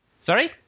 Sorry